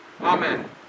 Amen